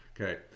okay